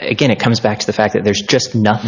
again it comes back to the fact that there's just no